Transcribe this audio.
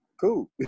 cool